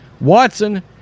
Watson